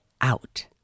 out